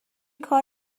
کار